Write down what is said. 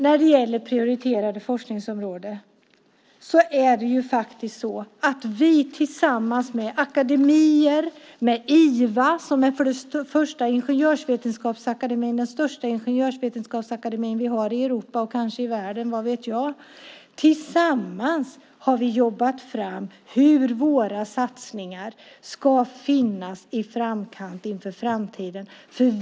När det gäller prioriterade forskningsområden har vi tillsammans med akademier och IVA - den största ingenjörsvetenskapsakademin i Europa, kanske i världen - jobbat fram hur våra satsningar ska finnas i framkant i framtiden.